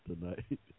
tonight